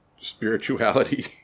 spirituality